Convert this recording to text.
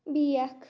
بیاکھ